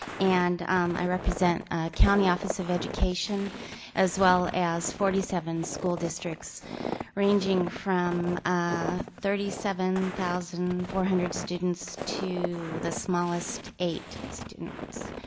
and i represent a county office education as well as forty seven school districts ranging from ah thirty seven thousand four hundred students to the smallest, eight students.